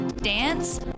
dance